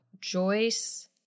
Joyce